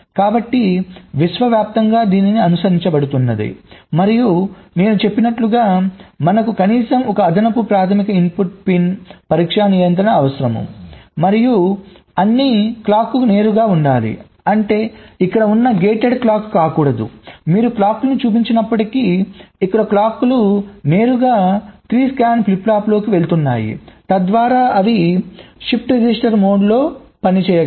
కాబట్టి విశ్వవ్యాప్తంగా దీనిని అనుసరించబడుతుంది మరియు నేను చెప్పినట్లుగా మనకు కనీసం ఒక అదనపు ప్రాధమిక ఇన్పుట్ పిన్ పరీక్ష నియంత్రణ అవసరం మరియు అన్ని క్లాక్లు నేరుగా ఉండాలి అంటే ఇక్కడ ఉన్న గేటెడ్ క్లాక్ కాకూడదు మీరు క్లాక్ లను చూపించనప్పటికీ ఇక్కడ క్లాక్ లు నేరుగా 3 స్కాన్ ఫ్లిప్ ఫ్లాప్లలోకి వెళుతున్నాయి తద్వారా అవి షిఫ్ట్ రిజిస్టర్ మోడ్లో పని చేయగలవు